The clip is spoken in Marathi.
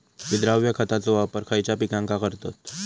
विद्राव्य खताचो वापर खयच्या पिकांका करतत?